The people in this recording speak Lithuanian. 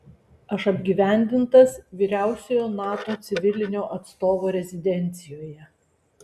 aš apgyvendintas vyriausiojo nato civilinio atstovo rezidencijoje